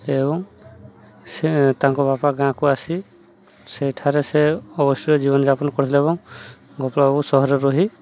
ଏବଂ ସେ ତାଙ୍କ ବାପା ଗାଁକୁ ଆସି ସେଇଠାରେ ସେ ଅବଶ୍ୟ ଜୀବନଯାପନ କରିଥିଲେ ଏବଂ ଗୋପଳବାବୁ ସହରରେ ରହି